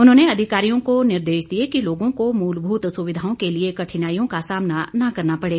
उन्होंने अधिकारियों को निर्देश दिए कि लोगों को मूलभूत सुविधाओं के लिए कठिनाईयों का सामना न करना पड़े